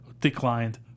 Declined